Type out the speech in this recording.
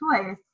choice